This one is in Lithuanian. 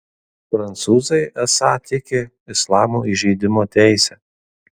prancūzai esą tiki islamo įžeidimo teise